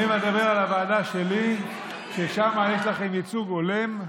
אני מדבר על הוועדה שלי, ששם יש לכם ייצוג הולם.